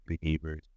behaviors